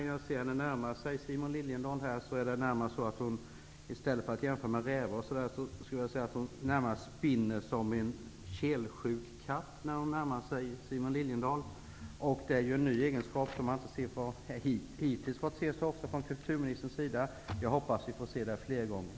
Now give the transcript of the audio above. När jag ser henne närma sig Simon Liliedahl är det närmast så att hon -- i stället för att jämföras med räv -- spinner som en kelsjuk katt. Det är en egenskap som vi hittills inte sett så ofta från kulturministerns sida. Jag hoppas att vi får se det fler gånger.